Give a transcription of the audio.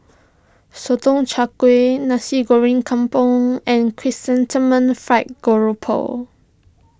Sotong Char Kway Nasi Goreng Kampung and Chrysanthemum Fried Garoupa